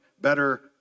better